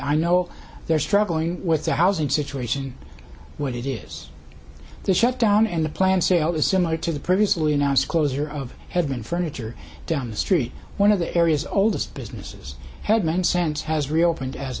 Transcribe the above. i know they're struggling with the housing situation what it is the shutdown and the planned sale is similar to the previously announced closer of have been furniture down the street one of the area's oldest businesses headman sands has reopened as